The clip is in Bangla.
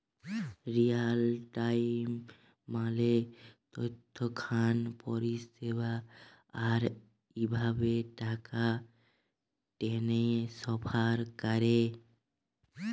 রিয়াল টাইম মালে তৎক্ষণাৎ পরিষেবা, আর ইভাবে টাকা টেনেসফার ক্যরে